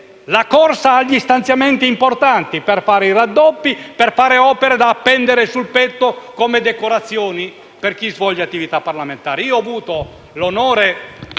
la corsa agli stanziamenti importanti, per fare i raddoppi e le opere, da "appendere sul petto come decorazioni" per chi svolge attività parlamentare.